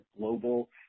global